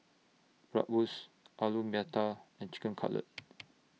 Bratwurst Alu Matar and Chicken Cutlet